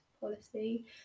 policy